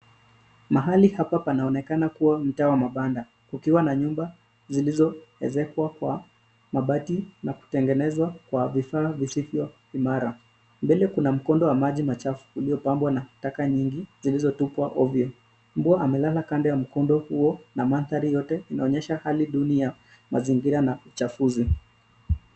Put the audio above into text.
Mahali hapa panaonekana kuwa mtaa wa mabanda; kukiwa na nyumba zilizoezekwa kwa mabati na kutengenezwa kwa vifaa visivyo imara. Mbele kuna mkondo wa maji machafu uliopambwa na taka nyingi zilizotupwa ovyo. Mbwa amelala kando ya mkondo huo na mandhari yote inaonyesha hali duni ya mazingira na uchafuzi .